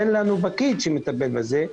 אין לנו פקיד שמטפל בזה.